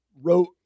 wrote